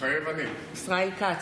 (קוראת בשם חבר הכנסת) ישראל כץ,